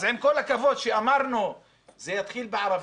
אז עם כל הכבוד, כשאמרנו, זה יתחיל בערבים,